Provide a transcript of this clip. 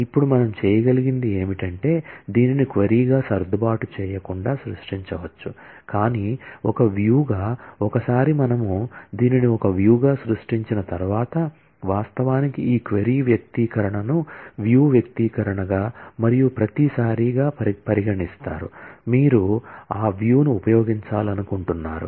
ఇప్పుడు మనం చేయగలిగేది ఏమిటంటే దీనిని క్వరీగా సర్దుబాటు చేయకుండా సృష్టించవచ్చు కానీ ఒక వ్యూ గా సృష్టించిన తర్వాత వాస్తవానికి ఈ క్వరీ వ్యక్తీకరణను వ్యూ ను ఉపయోగించాలనుకుంటున్నారు